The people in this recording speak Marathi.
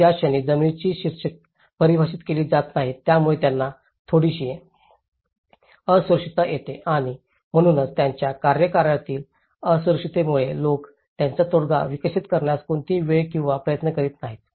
तर ज्या क्षणी जमिनीची शीर्षके परिभाषित केली जात नाहीत ज्यामुळे त्यांना थोडीशी असुरक्षितता येते आणि म्हणूनच त्यांच्या कार्यकाळातील असुरक्षिततेमुळे लोक त्यांचा तोडगा विकसित करण्यात कोणताही वेळ किंवा प्रयत्न करीत नाहीत